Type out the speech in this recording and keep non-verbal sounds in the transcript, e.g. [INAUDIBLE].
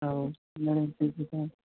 [UNINTELLIGIBLE]